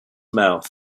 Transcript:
mouth